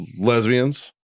lesbians